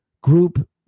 Group